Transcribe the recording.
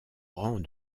rang